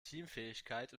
teamfähigkeit